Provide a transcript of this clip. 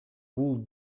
бул